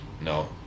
no